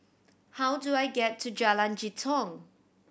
how do I get to Jalan Jitong